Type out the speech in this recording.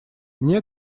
мне